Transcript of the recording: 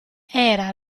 era